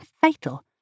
fatal